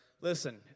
listen